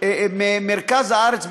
ממרכז הארץ,